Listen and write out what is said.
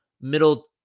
middle